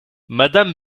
madame